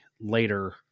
later